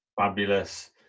fabulous